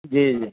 جی جی